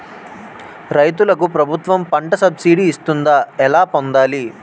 రైతులకు ప్రభుత్వం పంట సబ్సిడీ ఇస్తుందా? ఎలా పొందాలి?